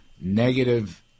negative